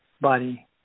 body